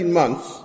months